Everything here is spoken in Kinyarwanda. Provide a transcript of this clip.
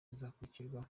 izasubukurwa